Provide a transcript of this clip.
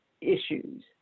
issues